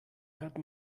hörte